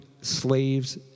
slaves